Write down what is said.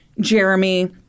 Jeremy